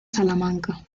salamanca